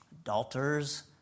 adulterers